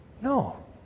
no